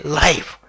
life